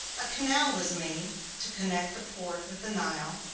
a canal was made to connect the port with the nile,